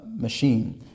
machine